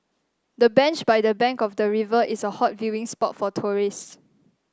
the bench by the bank of the river is a hot viewing spot for tourists